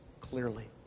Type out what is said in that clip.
clearly